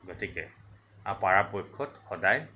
গতিকে আৰু পৰাপক্ষত সদায়